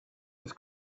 its